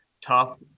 tough